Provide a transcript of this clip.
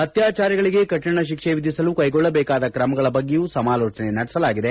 ಅತ್ಯಾಚಾರಿಗಳಿಗೆ ಕಠಿಣ ಶಿಕ್ಷೆ ವಿಧಿಸಲು ಕೈಗೊಳ್ಳಬೇಕಾದ ಕ್ರಮಗಳ ಬಗ್ಗೆಯೂ ಸಮಾಲೋಚನೆ ನಡೆಸಲಾಗಿದೆ